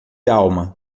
alma